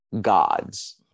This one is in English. gods